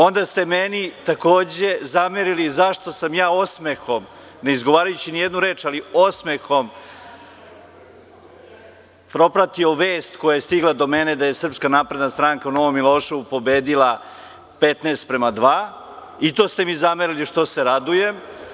Onda ste meni takođe zamerili zašto sam ja osmehom, ne izgovarajući ni jednu reč, ali osmehom propratio vest koja je stigla do mene, da je SNS u Novom Mileševu pobedila 15 prema 2, i to ste mi zamerili što se radujem.